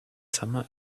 summer